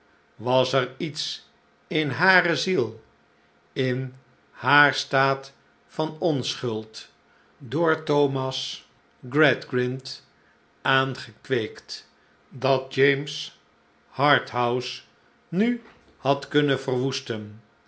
was er iets in hare ziel in haar staat van onschuld door thomas gradgrind aangekweekt dat james harthouse nu had kunnen verwoesten